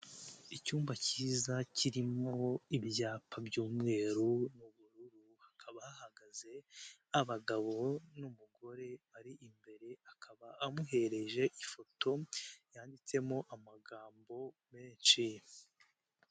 Icyumba Kiza kirimo ibyapa by'umweru n'ubururu, hakaba hahagaze abagabo n'umugore bari imbere akaba amuheje ifoto yanditsemo amagambo menshi.